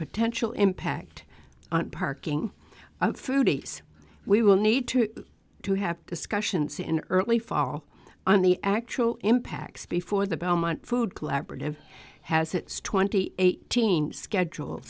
potential impact on parking of foodies we will need to to have discussions in early fall on the actual impacts before the belmont food collaborative has its twenty eight team schedule